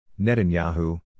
Netanyahu